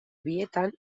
bietan